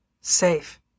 Safe